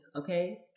okay